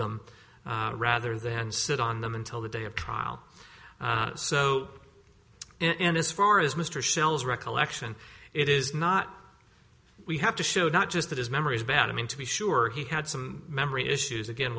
them rather than sit on them until the day of trial so and as far as mr shell's recollection it is not we have to show not just that his memory is bad i mean to be sure he had some memory issues again